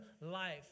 life